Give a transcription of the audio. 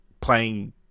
Playing